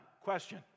Question